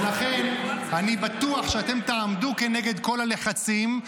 ולכן אני בטוח שאתם תעמדו כנגד כל הלחצים.